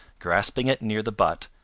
grasping it near the butt,